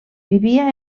vivia